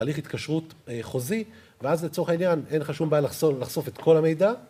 הליך התקשרות חוזי, ואז לצורך העניין אין לך שום בעיה לחשוף את כל המידע.